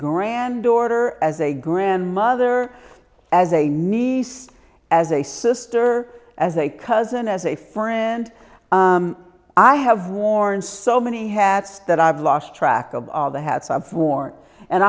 granddaughter as a grandmother as a nice as a sister as a cousin as a friend i have worn so many hats that i've lost track of all the hats of war and